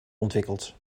ontwikkeld